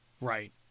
right